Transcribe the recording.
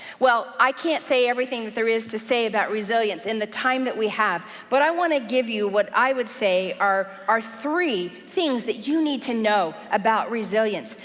well, i can't say everything that there is to say about resilience in the time that we have, but i want to give you what i would say are are three things that you need to know about resilience,